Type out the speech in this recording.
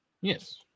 Yes